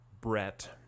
Brett